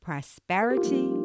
Prosperity